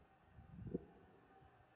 mm